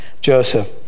Joseph